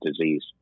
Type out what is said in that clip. disease